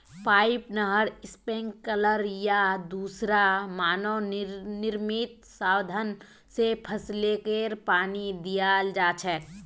pipe, नहर, sprinkler या दूसरा मानव निर्मित साधन स फसलके पानी दियाल जा छेक